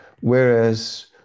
Whereas